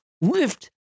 lift